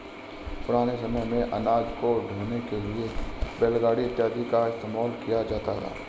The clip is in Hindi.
पुराने समय मेंअनाज को ढोने के लिए बैलगाड़ी इत्यादि का इस्तेमाल किया जाता था